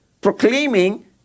proclaiming